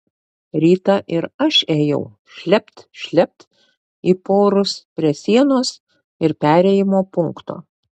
rytą ir aš ėjau šlept šlept į porus prie sienos ir perėjimo punkto